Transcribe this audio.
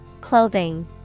Clothing